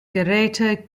geräte